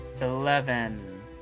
Eleven